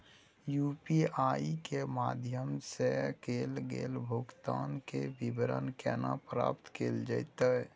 UPI के माध्यम सं कैल गेल भुगतान, के विवरण केना प्राप्त कैल जेतै?